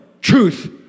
truth